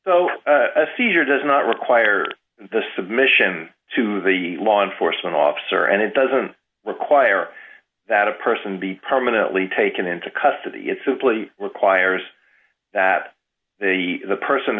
suffered a seizure does not require the submission to the law enforcement officer and it doesn't require that a person be permanently taken into custody it simply requires that the person